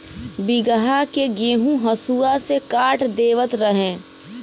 बीघहा के गेंहू हसुआ से काट देवत रहे